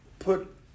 put